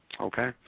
okay